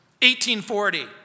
1840